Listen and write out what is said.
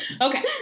Okay